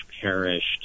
perished